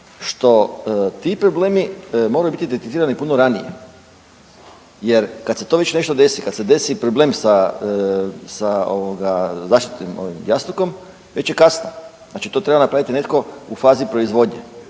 što ti problemi moraju biti …/nerazumljivo/… puno ranije jer kad se to već nešto desi, kad se desi problem sa, sa ovoga zaštitnim jastukom već je kasno. Znači to treba napraviti netko u fazi proizvodnje.